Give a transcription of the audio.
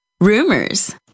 rumors